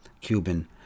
Cuban